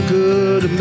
good